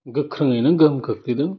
गोख्रोङैनो गोहोम खोख्लैदों